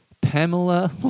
Pamela